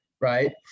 right